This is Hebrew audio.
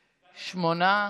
שמונה,